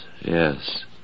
yes